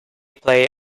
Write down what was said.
play